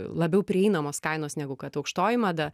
labiau prieinamos kainos negu kad aukštoji mada